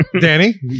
Danny